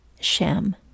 Shem